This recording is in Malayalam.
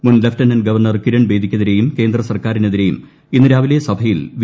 മുൻ ലഫ്റ്റനന്റ് ഗവർണർ കിരൺബേദിയ്ക്കെതിരെയും കേന്ദ്രസർക്കാരിനെതിരെയും ഇന്ന് രാവിലെ സഭയിൽ വി